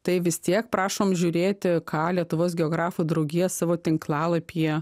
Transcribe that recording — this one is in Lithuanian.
tai vis tiek prašom žiūrėti ką lietuvos geografų draugija savo tinklalapyje